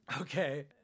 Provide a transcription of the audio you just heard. Okay